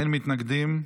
אין מתנגדים.